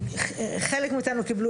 חלק מאיתנו קיבלו